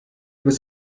was